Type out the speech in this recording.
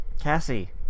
Cassie